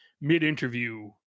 mid-interview